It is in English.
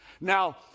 now